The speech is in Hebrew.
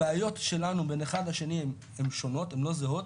הבעיות שלנו בין אחד לשני הן שונות, הן לא זהות.